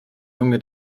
junge